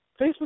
Facebook